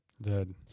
Dead